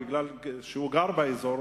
שגר באזור,